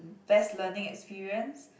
best learning experience